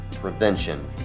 prevention